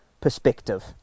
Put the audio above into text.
perspective